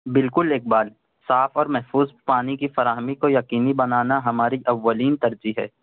بالکل اقبال صاف اور محفوظ پانی کی فراہمی کو یقینی بنانا ہماری اولین ترجیح ہے